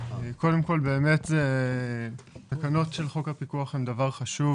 קודם כל תקנות של חוק הפיקוח הן דבר חשוב